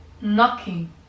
knocking